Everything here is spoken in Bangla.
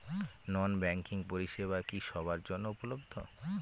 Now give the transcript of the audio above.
নন ব্যাংকিং পরিষেবা কি সবার জন্য উপলব্ধ?